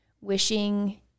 wishing